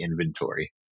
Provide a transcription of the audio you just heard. inventory